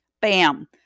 Bam